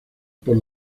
por